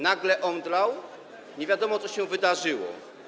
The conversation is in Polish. Nagle omdlał, nie wiadomo, co się wydarzyło.